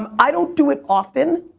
um i don't do it often,